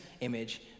image